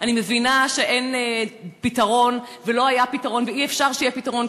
אני מבינה שאין פתרון ולא היה פתרון ואי-אפשר שיהיה פתרון,